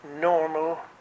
normal